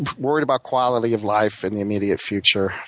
worried about quality of life in the immediate future.